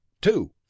two